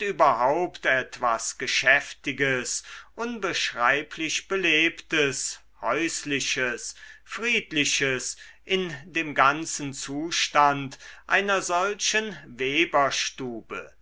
überhaupt etwas geschäftiges unbeschreiblich belebtes häusliches friedliches in dem ganzen zustand einer solchen weberstube